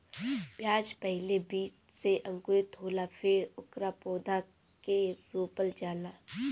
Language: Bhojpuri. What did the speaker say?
प्याज पहिले बीज से अंकुरित होला फेर ओकरा पौधा के रोपल जाला